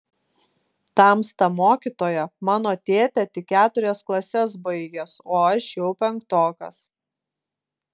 tamsta mokytoja mano tėtė tik keturias klases baigęs o aš jau penktokas